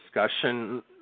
discussion